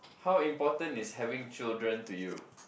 how important is having children to you